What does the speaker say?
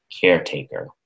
caretaker